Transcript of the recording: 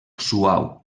suau